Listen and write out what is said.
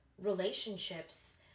relationships